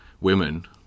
women